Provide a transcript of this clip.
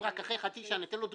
אם רק אחרי חצי שנה ניתן לו דרישה,